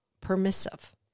permissive